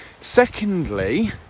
Secondly